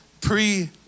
pre